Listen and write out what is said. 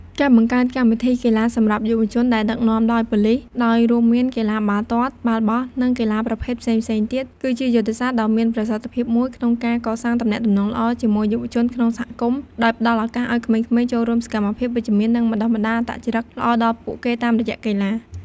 ការបង្កើកម្មវិធីកីឡាសម្រាប់យុវជនដែលដឹកនាំដោយប៉ូលិស ដោយរួមមានកីឡាបាល់ទាត់ បាល់បោះ និងកីឡាប្រភេទផ្សេងៗទៀត គឺជាយុទ្ធសាស្ត្រដ៏មានប្រសិទ្ធិភាពមួយក្នុងការកសាងទំនាក់ទំនងល្អជាមួយយុវជនក្នុងសហគមន៍ ដោយផ្តល់ឱកាសឲ្យក្មេងៗចូលរួមសកម្មភាពវិជ្ជមាន និងបណ្តុះបណ្តាលអត្តចរិតល្អដល់ពួកគេតាមរយៈកីឡា។